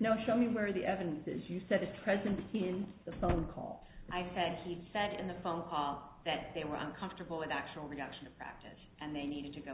no show me where the evidence is you said it's present in the phone call i had he said in the phone call that they were uncomfortable with actual production practice and they needed to go